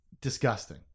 disgusting